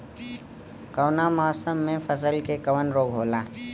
कवना मौसम मे फसल के कवन रोग होला?